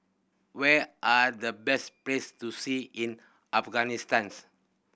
where are the best place to see in Afghanistans